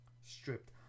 Stripped